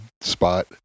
spot